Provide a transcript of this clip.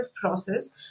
process